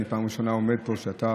אני פעם ראשונה עומד פה כשאתה